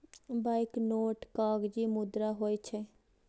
banknote कागजी मुद्रा होइ छै